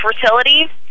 fertility